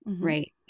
Right